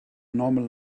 normal